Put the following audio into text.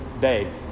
day